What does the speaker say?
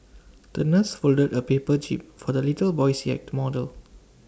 the nurse folded A paper jib for the little boy's yacht model